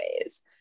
ways